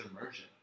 emerging